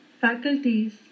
faculties